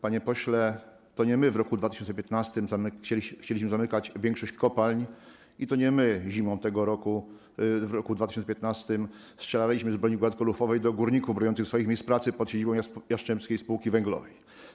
Panie pośle, to nie my w roku 2015 chcieliśmy zamykać większość kopalń i to nie my zimą tego roku - roku 2015 strzelaliśmy z broni gładkolufowej do górników broniących swoich miejsc pracy pod siedzibą Jastrzębskiej Spółki Węglowej.